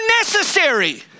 necessary